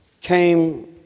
came